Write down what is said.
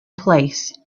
place